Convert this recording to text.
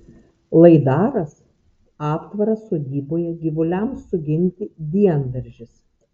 laidaras aptvaras sodyboje gyvuliams suginti diendaržis